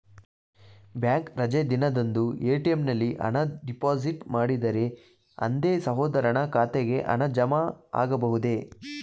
Bank ರಜೆ ದಿನದಂದು ATM ನಲ್ಲಿ ಹಣ ಡಿಪಾಸಿಟ್ ಮಾಡಿದರೆ ಅಂದೇ ಸಹೋದರನ ಖಾತೆಗೆ ಹಣ ಜಮಾ ಆಗಬಹುದೇ?